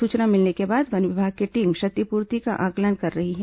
सूचना मिलने के बाद वन विभाग की टीम क्षतिपूर्ति का आंकलन कर रही है